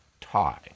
tie